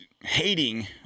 hating